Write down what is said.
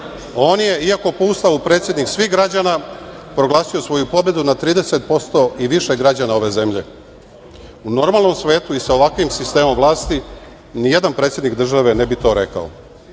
On je, iako po Ustavu predsednik svih građana, proglasio svoju pobedu na 30% i više građana ove zemlje. U normalnom svetu i sa ovakvim sistemom vlasti nijedan predsednik države ne bi to rekao,